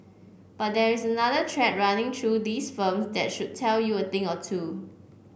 but there is another thread running through these firms that should tell you a thing or two